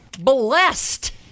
blessed